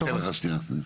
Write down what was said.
אני אתן לך, שנייה.